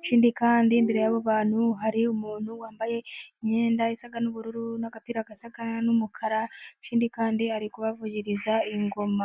ikindi kandi imbere y'aba bantu hari umuntu wambaye imyenda isa n'ubururu, n'akapira gasa n'umukara, ikindi kandi ari kubavugiriza ingoma.